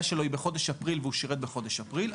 שלו היא בחודש אפריל והוא שירת בחודש אפריל,